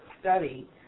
study